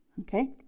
Okay